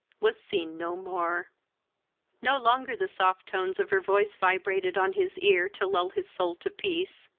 was seen no more no longer the soft tones of her voice vibrated on his ear to lull his soul to peace,